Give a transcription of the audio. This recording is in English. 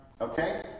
okay